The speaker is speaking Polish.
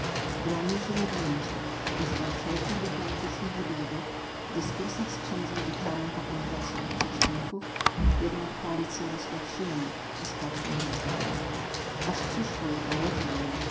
bronił się zawzięcie używał wszelkich dyplomatycznych wybiegów w dyskursach z księdzem wikarym pokonywał swoich przeciwników jednak koalicja rosła w siłę i spać mu nie dawała aż przyszło jego